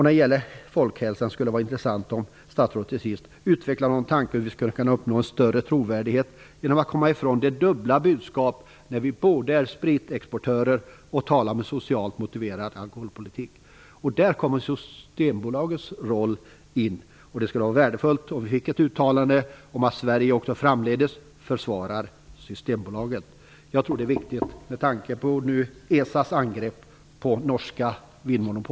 När det gäller folkhälsan skulle det vara intressant om statsrådet slutligen utvecklade någon tanke om hur vi skall kunna uppnå en större trovärdighet, dvs. hur vi skall komma ifrån det dubbla budskapet att vi är spritexportörer samtidigt som vi talar om en socialt motiverad alkoholpolitik. Här kommer Systembolagets roll in. Det skulle vara värdefullt med ett uttalande om att Sverige också framdeles försvarar Systembolaget. Jag tror att detta är viktigt med tanke på